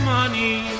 money